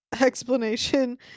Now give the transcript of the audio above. explanation